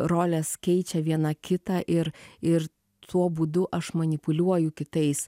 rolės keičia viena kitą ir ir tuo būdu aš manipuliuoju kitais